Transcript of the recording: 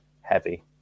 heavy